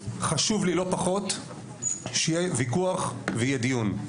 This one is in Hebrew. חשוב לי לא פחות שיהיה וויכוח ויהיה דיון,